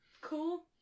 Cool